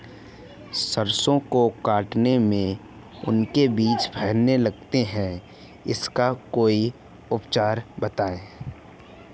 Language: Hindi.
सरसो को काटने में उनके बीज फैलने लगते हैं इसका कोई उपचार बताएं?